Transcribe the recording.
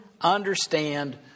understand